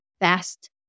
fast